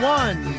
one